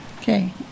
Okay